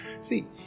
See